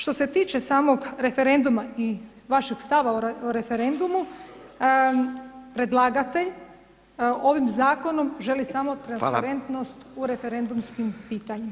Što se tiče samog referenduma i vašeg stava o referendumu, predlagatelj ovim zakonom želi samo transparentnost u referendumskim pitanjima.